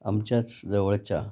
आमच्याच जवळच्या